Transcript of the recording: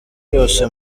yose